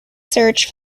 search